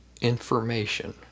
information